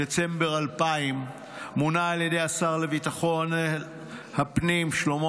בדצמבר 2000 מונה על ידי השר לביטחון הפנים שלמה